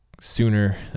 sooner